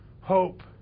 hope